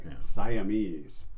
Siamese